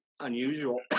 unusual